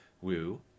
Woo